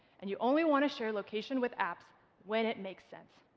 and you only want to share location with apps when it makes sense.